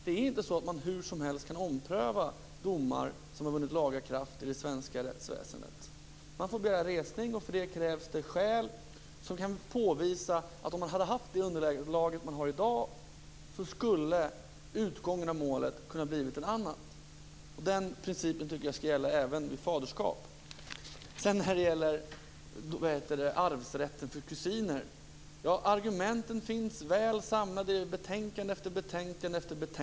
Det är inte så att man hur som helst kan ompröva domar som har vunnit laga kraft i det svenska rättsväsendet. Man får begära resning, och för det krävs det skäl. Man måste påvisa att om man hade haft det underlag man har i dag så skulle utgången av målet ha kunnat bli en annan. Den principen tycker jag skall gälla även i fråga om faderskap. Sedan gäller det arvsrätten för kusiner. Argumenten finns väl samlade i betänkande efter betänkande.